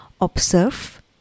observe